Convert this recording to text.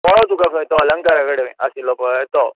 कळ्ळो तुका तो अलंकारा कडेन आशिल्लो पय तो